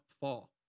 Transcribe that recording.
fall